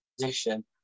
position